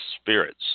spirits